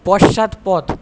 পশ্চাৎপদ